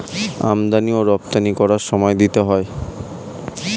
আমদানি ও রপ্তানি করার সময় কর দিতে হয়